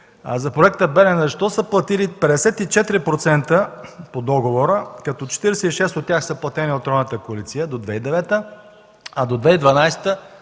проект), защо са платили 54% по договора, като 46 от тях са платени от тройната коалиция до 2009, а до 2012